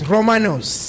Romanos